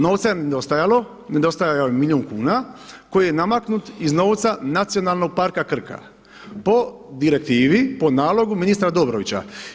Novca je nedostajalo, nedostajao je milijun kuna koji je namaknut iz novca Nacionalnog parka Krka po direktivi, po nalogu ministra Dobrovića.